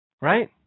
Right